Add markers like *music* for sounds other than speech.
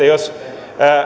*unintelligible* jos